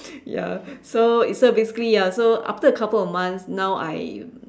ya so basically ya so after a couple of months now I